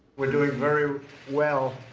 we're doing very well.